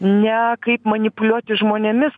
ne kaip manipuliuoti žmonėmis